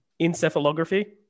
Encephalography